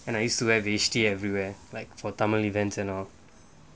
and I used to have H_T everywhere like for tamil events and all